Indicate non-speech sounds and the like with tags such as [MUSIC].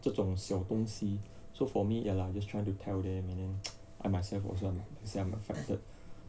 这种小东西 so for me ya lah just trying to tell them and then [NOISE] I myself also am affected